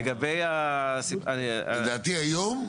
לדעתי היום,